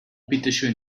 bitteschön